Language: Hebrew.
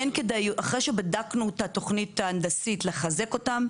אחרי שבדקנו את התוכנית ההנדסית לחזק אותם,